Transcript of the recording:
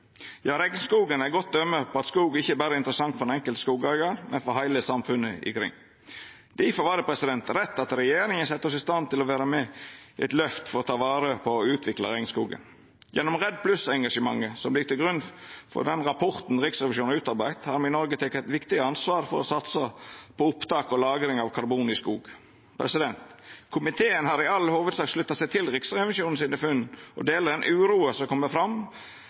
Ja, regnskogen er eit godt døme på at skog ikkje berre er interessant for den enkelte skogeigar, men for heile samfunnet ikring. Difor var det rett at regjeringa sette oss i stand til å vera med i eit løft for å ta vare på og utvikla regnskogen. Gjennom REDD+-engasjementet, som ligg til grunn for den rapporten Riksrevisjonen har utarbeidd, har me i Noreg teke eit viktig ansvar for å satsa på opptak og lagring av karbon i skog. Komiteen har i all hovudsak slutta seg til funna til Riksrevisjonen og deler den uroa som